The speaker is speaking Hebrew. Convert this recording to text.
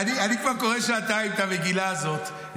אני כבר שעתיים קורא את המגילה הזאת,